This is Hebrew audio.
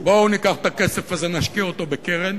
בואו ניקח את הכסף הזה ונשקיע אותו בקרן.